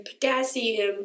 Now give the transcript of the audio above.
potassium